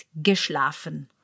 geschlafen